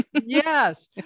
Yes